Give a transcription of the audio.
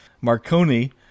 Marconi